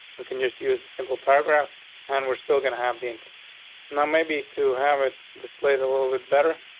we can just use the simple paragraph and we're still gonna have the employee now. maybe to have it just played a little bit better.